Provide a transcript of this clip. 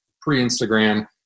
pre-Instagram